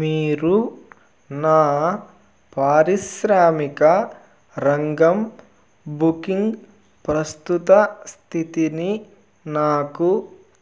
మీరూ నా పారిశ్రామిక రంగం బుకింగ్ ప్రస్తుత స్థితిని నాకు